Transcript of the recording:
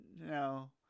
no